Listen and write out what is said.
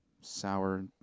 Sour